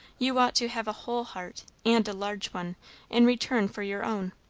you ought to have a whole heart and a large one in return for your own.